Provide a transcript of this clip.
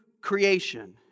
creation